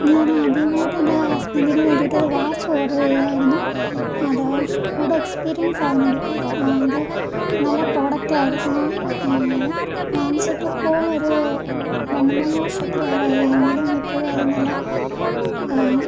ഞാൻ ആദ്യമായിട്ട് എൻ്റെ ഹസ്ബൻഡിന് വേണ്ടിയിട്ട് ഒരു വാച്ച് ഓർഡർ ചെയ്തതായിരുന്നു അത് ഗുഡ് എക്സ്പീരിയൻസ് ആയിരുന്നു ബികോസ് അത് നല്ല പ്രോഡക്റ്റ് ആയിരുന്നു വാങ്ങിച്ചിട്ട് ഇപ്പോൾ ഒരു രണ്ട് മൂന്ന് വർഷത്തിലേറെ ആയി എങ്കിലും ഇപ്പോഴും അത് നല്ല